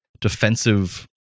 defensive